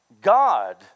God